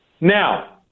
Now